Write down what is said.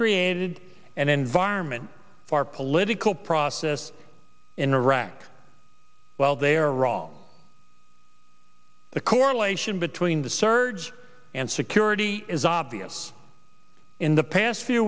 created an environment for political process in iraq well they are wrong the correlation between the surge and security is obvious in the past few